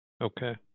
Okay